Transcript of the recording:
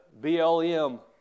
BLM